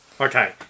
okay